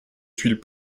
tuiles